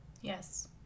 Yes